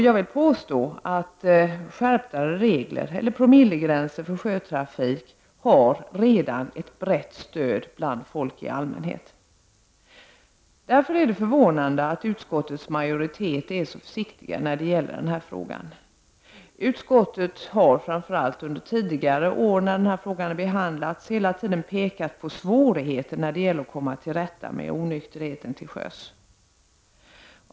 Jag vill påstå att skärpta regler eller promillegränser för sjötrafik redan har ett brett stöd bland folk i allmänhet. Det är därför förvånande att utskottets majoritet är så försiktig när det gäller den här frågan. Utskottet har — framför allt under tidigare år när denna fråga har behandlats — hela tiden pekat på svårigheterna att komma till rätta med onykterheten till sjöss.